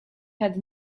had